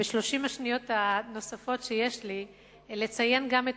ב-30 השניות הנוספות שיש לי אני רוצה לציין גם את